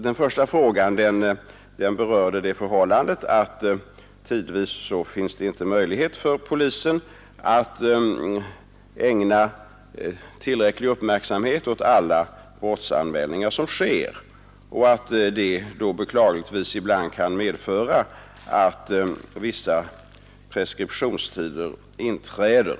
Den första frågan berörde det förhållandet att det tidvis inte finns möjligheter för polisen att ägna tillräcklig uppmärksamhet åt alla brottsanmälningar som sker och att det då beklagligtvis ibland kan inträffa att vissa preskriptionstider inträder.